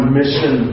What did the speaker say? mission